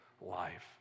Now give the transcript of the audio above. life